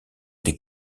des